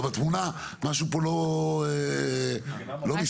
הם לא בתמונה, משהו פה לא מסתדר לי.